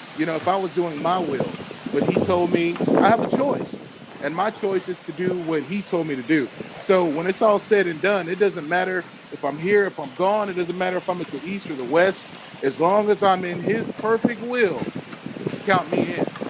you know if i was doing my will but he told me i have a choice and my choice is to do what he told me to do so when it's all said and done, it doesn't matter if i'm here if i'm gone it doesn't matter if i'm at the east or the west as long as i'm in his perfect will count me in